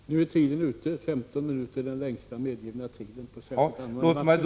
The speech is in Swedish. Taletiden är nu ute. 15 minuter är den längsta medgivna tiden enligt särskild anmälan.